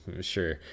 Sure